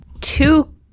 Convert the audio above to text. two